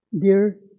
dear